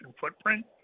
footprint